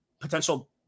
potential